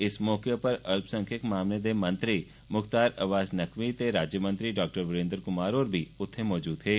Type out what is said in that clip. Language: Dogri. इस मौके उप्पर अल संख्यक मामलें दे मंत्री मुख्तार अब्बास नक्वी ते राज्यमंत्री डाक्टर वीरेन्द्र कुमार होर बी मौजूद हे